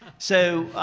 so,